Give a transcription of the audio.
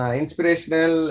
inspirational